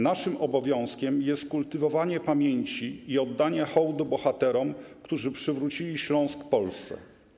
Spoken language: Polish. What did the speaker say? Naszym obowiązkiem jest kultywowanie pamięci i oddanie hołdu bohaterom, którzy przywrócili Śląsk Polsce.